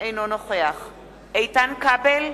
אינו נוכח איתן כבל,